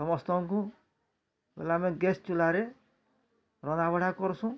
ସମସ୍ତଙ୍କୁ ହେଲା ଆମେ ଗ୍ୟାସ୍ ଚୁଲାରେ ରନ୍ଧା ବଢ଼ା କରୁସୁଁ